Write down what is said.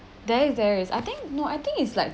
there is there is I think no I think it's like